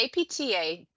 APTA